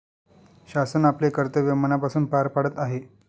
शासन आपले कर्तव्य मनापासून पार पाडत आहे